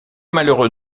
malheureux